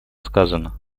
сказано